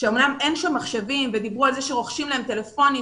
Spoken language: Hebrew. שאמנם אין בה מחשבים ודיברו על כך שרוכשים להם טלפונים,